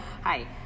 Hi